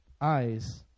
eyes